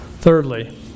Thirdly